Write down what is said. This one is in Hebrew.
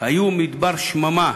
היו מדבר שממה,